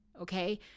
okay